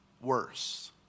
worse